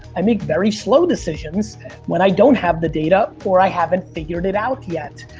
i make very slow decisions when i don't have the data or i haven't figured it out yet.